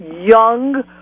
young